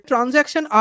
Transaction